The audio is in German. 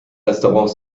restaurants